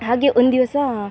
ಹಾಗೇ ಒಂದು ದಿವಸ